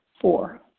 Four